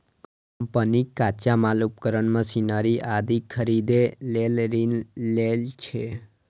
company कच्चा माल, उपकरण, मशीनरी आदि खरीदै लेल ऋण लै छै